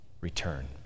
return